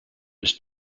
its